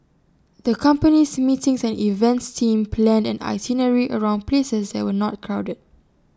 the company's meetings and events team planned an itinerary around places that were not crowded